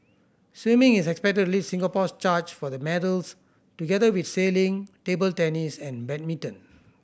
swimming is expected lead Singapore's charge for the medals together with sailing table tennis and badminton